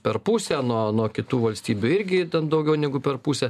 per pusę nuo nuo kitų valstybių irgi ten daugiau negu per pusę